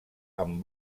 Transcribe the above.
amb